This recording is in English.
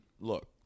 look